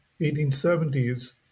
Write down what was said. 1870s